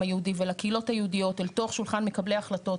היהודי ולקהילות היהודיות אל תוך שולחן מקבלי החלטות,